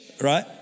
right